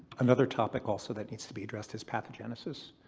another topic also that needs to be addressed is pathogenesis,